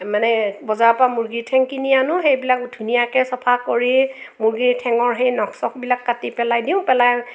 মানে বজাৰৰ পৰা মুৰ্গীৰ ঠেং কিনি আনোঁ সেইবিলাক ধুনীয়াকৈৈ চফা কৰি মুৰ্গীৰ ঠেঙৰ সেই নখ চখবিলাক কাটি পেলাই দিওঁ পেলাই